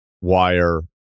Wire